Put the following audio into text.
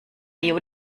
deo